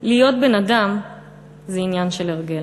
להיות בן-אדם / זה עניין של הרגל."